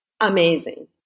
amazing